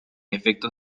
efectos